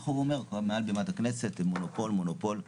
ככה הוא אומר מעל בימת הכנסת מונופול, מונופול.